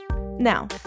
Now